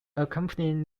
accompanying